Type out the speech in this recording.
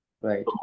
right